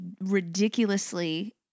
ridiculously